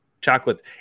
chocolate